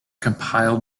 compile